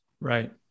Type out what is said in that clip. Right